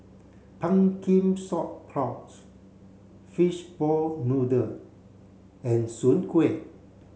pumpkin sauce prawns fishball noodle and Soon Kway